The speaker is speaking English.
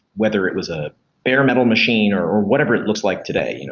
whether it was a bare-metal machine or whatever it looks like today. you know